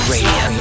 Radio